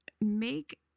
make